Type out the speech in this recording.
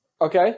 okay